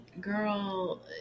girl